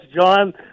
John